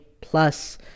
plus